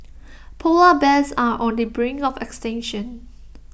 Polar Bears are on the brink of extinction